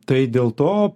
tai dėl to